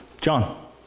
John